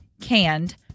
canned